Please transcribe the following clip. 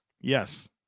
Yes